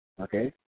okay